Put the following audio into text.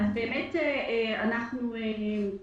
בדיון הקודם